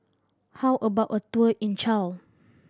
how about a tour in Chile